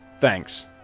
Thanks